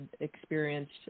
experienced